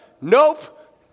nope